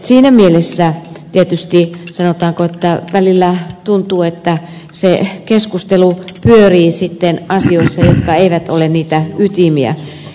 siinä mielessä tietysti sanotaanko välillä tuntuu että se keskustelu pyörii sitten asioissa jotka eivät ole niitä ytimiä